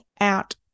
out